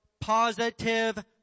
positive